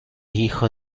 hijo